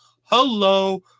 hello